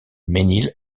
mesnil